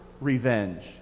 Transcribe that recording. revenge